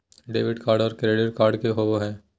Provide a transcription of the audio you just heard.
Debit card और credit card की होवे हय?